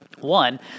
One